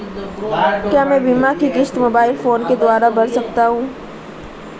क्या मैं बीमा की किश्त मोबाइल फोन के द्वारा भर सकता हूं?